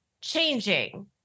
changing